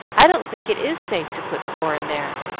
i don't think it is safe to put four in there.